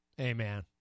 amen